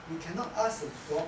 you cannot ask a dog